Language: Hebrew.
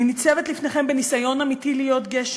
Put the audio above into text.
אני ניצבת לפניכם בניסיון אמיתי להיות גשר,